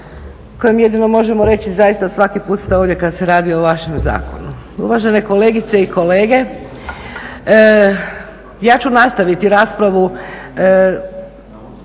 kojem jedino možemo reći zaista svaki put ste ovdje kad se radi o vašem zakonu. Uvažene kolegice i kolege, ja ću nastaviti raspravu